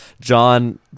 John